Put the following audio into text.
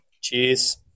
Cheers